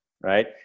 right